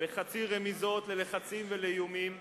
וחצאי רמיזות ללחצים ולאיומים,